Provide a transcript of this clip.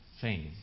fame